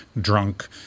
drunk